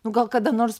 nu gal kada nors